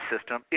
system